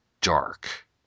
dark